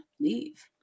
leave